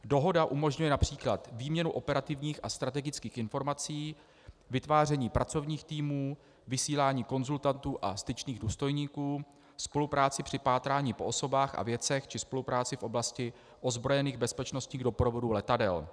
Dohoda umožňuje například výměnu operativních a strategických informací, vytváření pracovních týmů, vysílání konzultantů a styčných důstojníků, spolupráci při pátrání po osobách a věcech či spolupráci v oblasti ozbrojených bezpečnostních doprovodů letadel.